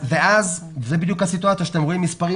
זו בדיוק הסיטואציה שאתם רואים מספרים